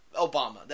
Obama